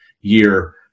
year